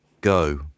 go